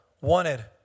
wanted